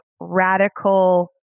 radical